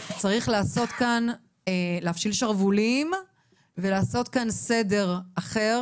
שצריך להפשיל שרוולים ולעשות כאן סדר אחר.